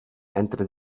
entre